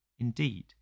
Indeed